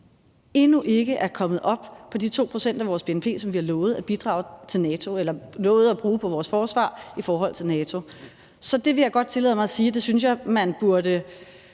endnu ikke er kommet op på de 2 pct. af vores bnp, som vi har lovet at bruge på vores forsvar i forhold til NATO. Så det vil jeg godt tillade mig at sige at jeg synes at man burde